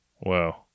Wow